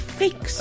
fix